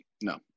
No